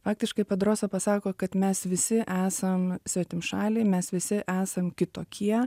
faktiškai pedrosa pasako kad mes visi esam svetimšaliai mes visi esam kitokie